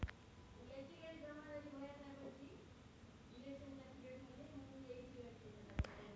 राजस्थान मध्ये ठिबक सिंचन प्रणालीची स्थापना हे आधुनिक शेतीचे उदाहरण आहे